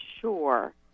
sure